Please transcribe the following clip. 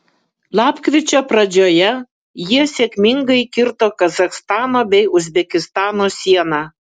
lapkričio pradžioje jie sėkmingai kirto kazachstano bei uzbekistano sieną